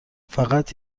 فقط